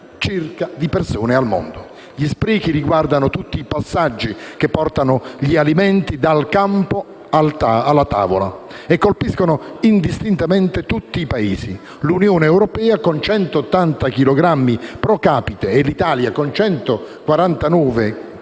miliardi di persone al mondo. Gli sprechi riguardano tutti i passaggi che portano gli alimenti dal campo alla tavola e colpiscono indistintamente tutti i Paesi. L'Unione europea, con 180 chilogrammi *pro capite*, e l'Italia, con 149